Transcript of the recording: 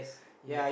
yes